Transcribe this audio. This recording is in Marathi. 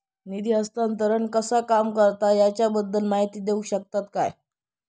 निधी हस्तांतरण कसा काम करता ह्याच्या बद्दल माहिती दिउक शकतात काय?